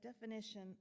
definition